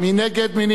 נא להצביע.